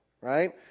right